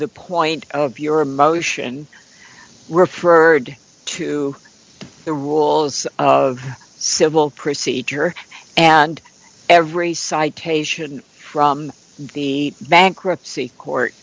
the point of your motion referred to the rules of civil procedure and every citation from the bankruptcy court